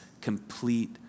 complete